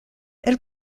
elle